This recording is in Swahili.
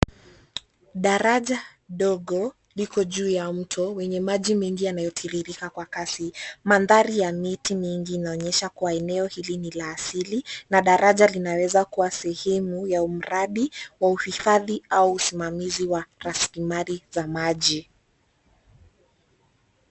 Daraja dogo liko juu ya mto wenye maji mengi yanaotiririka kwa nyasi. Mandhari ya miti mingi inaonyesha kuwa eneo hili ni la asili na daraja linaweza kuwa sehemu ya almradi wa uhifadhi au usimamizi wa raslimali za maji.